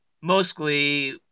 mostly